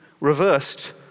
reversed